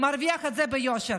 מרוויח את זה ביושר,